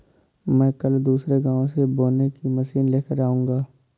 मैं कल दूसरे गांव से बोने की मशीन लेकर आऊंगा